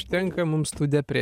užtenka mums tų depre